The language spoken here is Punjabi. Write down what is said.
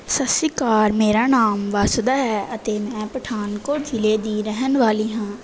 ਸਤਿ ਸ਼੍ਰੀ ਅਕਾਲ ਮੇਰਾ ਨਾਮ ਵਾਸੂਦਾ ਹੈ ਅਤੇ ਮੈਂ ਪਠਾਨਕੋਟ ਜਿਲ੍ਹੇ ਦੀ ਰਹਿਣ ਵਾਲੀ ਹਾਂ